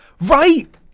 Right